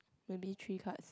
maybe three cards